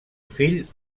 fill